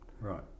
Right